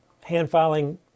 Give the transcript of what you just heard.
hand-filing